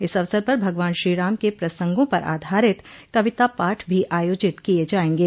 इस अवसर पर भगवान श्रीराम के प्रसंगों पर आधारित कविता पाठ भी आयोजित किये जायेंगे